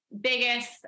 biggest